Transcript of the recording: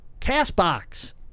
CastBox